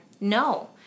No